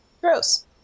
Gross